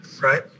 Right